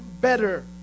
better